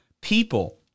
people